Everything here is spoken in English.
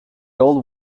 old